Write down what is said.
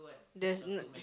there's n~